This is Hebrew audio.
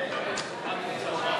הכנסת לבחור